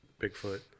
Bigfoot